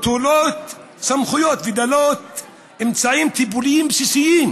נטולות סמכויות ודלות אמצעים לטיפוליים בסיסיים,